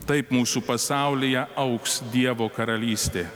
taip mūsų pasaulyje augs dievo karalystė